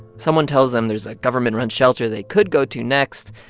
someone tells them there's a government-run shelter they could go to next.